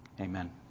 amen